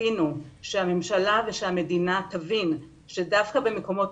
ציפינו שהממשלה והמדינה תבין שדווקא במקומות